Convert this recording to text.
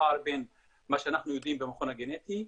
פער בין מה שאנחנו יודעים במכון הגנטי,